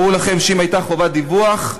ברור לכם שאם הייתה חובת דיווח,